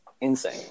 Insane